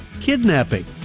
kidnapping